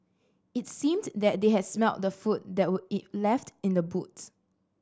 it seemed that they had smelt the food that were left in the boot